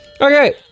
Okay